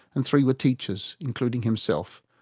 and three were teachers, including himself,